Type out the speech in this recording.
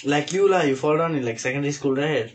like you lah you fall down in like secondary school right